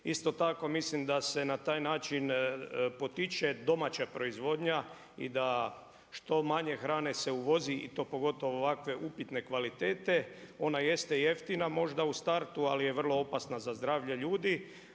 Isto tako mislim da se na taj način potiče domaća proizvodnja i da što manje hrane se uvozi i to pogotovo ovakve upitne kvalitete. Ona jeste jeftina možda u startu, ali je vrlo opasna za zdravlje ljudi,